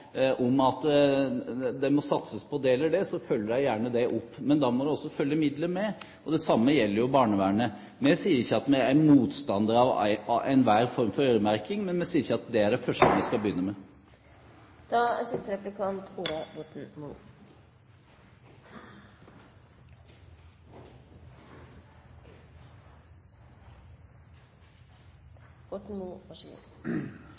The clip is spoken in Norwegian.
om at det må satses på det eller det, så følger de det gjerne opp. Men da må det også følge midler med. Det samme gjelder barnevernet. Vi sier ikke at vi er motstander av enhver form for øremerking, men vi sier ikke at det er det første vi skal begynne